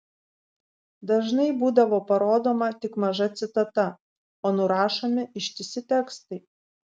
dažnai būdavo parodoma tik maža citata o nurašomi ištisi tekstai